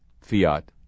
Fiat